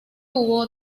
hubo